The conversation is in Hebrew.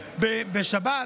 בשבת?